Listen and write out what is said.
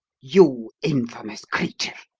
you infamous creature,